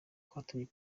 kwatumye